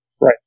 Right